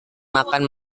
makan